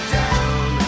down